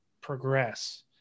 progress